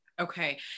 Okay